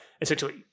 essentially